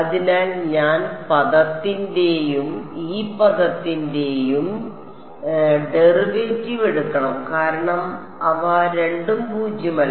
അതിനാൽ ഞാൻ ഈ പദത്തിന്റെയും ഈ പദത്തിന്റെയും ഡെറിവേറ്റീവ് എടുക്കണം കാരണം അവ രണ്ടും പൂജ്യമല്ല